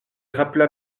rappela